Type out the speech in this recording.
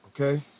okay